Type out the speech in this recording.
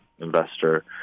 investor